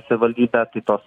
savivaldybę tai tos